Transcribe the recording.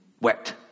wet